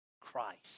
Christ